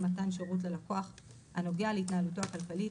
מתן שירות ללקוח הנוגע להתנהלותו הכלכלית,